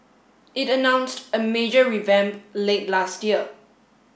it announced a major revamp late last year